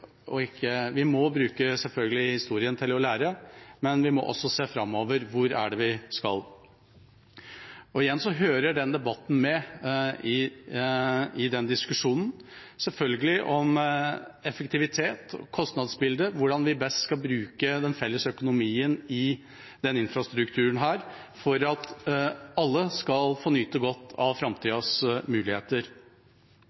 og har verdens best utbygde infrastruktur for elektrisitet. Men det er viktig å stille oss spørsmålet: Hvor vil vi være om 25 år? Vi må selvfølgelig bruke historien til å lære av, men vi må også se framover: Hvor er det vi skal? Igjen hører den debatten selvfølgelig med i diskusjonen – om effektivitet, kostnadsbilde, hvordan vi best kan bruke den felles økonomien i denne infrastrukturen for at